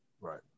Right